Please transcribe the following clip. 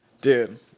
Dude